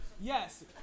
Yes